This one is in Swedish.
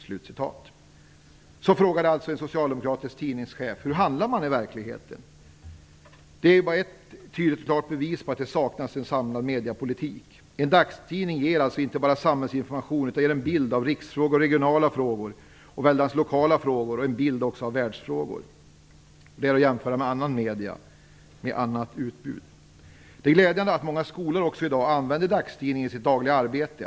Den fråga som den socialdemokratiske tidningschefen ställde var alltså hur man handlar i verkligheten. Detta är bara ett tydligt och klart bevis på att det saknas en samlad mediepolitik. En dagstidning ger inte bara samhällsinformation utan ger en bild av riksfrågor, regionala frågor, väldigt lokala frågor samt också en bild av världsfrågor. Det är att jämföra med andra medier med annat utbud. Det är glädjande att också många skolor i dag använder dagstidningen i sitt dagliga arbete.